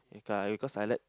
because because I like